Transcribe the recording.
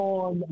on